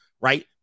right